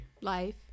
Life